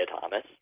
Thomas